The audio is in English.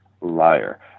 liar